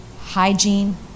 Hygiene